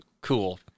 Cool